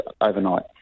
overnight